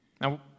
Now